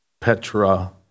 Petra